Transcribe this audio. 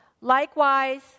Likewise